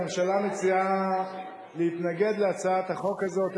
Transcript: הממשלה מציעה להתנגד להצעת החוק הזאת,